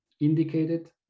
indicated